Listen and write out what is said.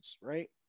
right